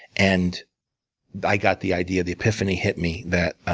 and i got the idea, the epiphany hit me, that